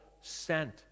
sent